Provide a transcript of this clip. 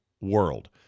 world